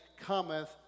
cometh